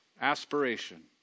aspiration